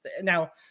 now